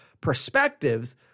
perspectives